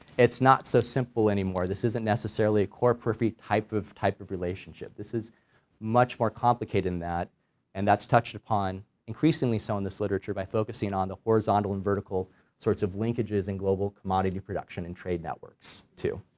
it's not so simple anymore, this isn't necessarily a core-periphery type of type of relationship, this is much more complicated than that and that's touched upon increasingly so in this literature by focusing on the horizontal and vertical sorts of linkages in global commodity production and trade networks too,